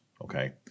okay